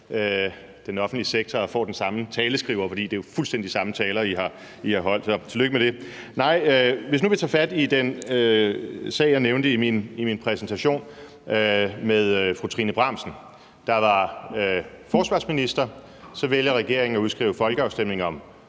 den offentlige sektor og har fået den samme taleskriver, for det er jo fuldstændig de samme taler, I har holdt – så tillykke med det. Vi kan tage fat i den sag, jeg nævnte i min præsentation, med fru Trine Bramsen, der var forsvarsminister, og hvor regeringen vælger at udskrive folkeafstemning om